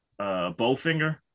bowfinger